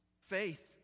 Faith